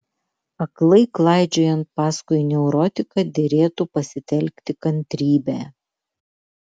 aklai klaidžiojant paskui neurotiką derėtų pasitelkti kantrybę